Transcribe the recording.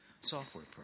software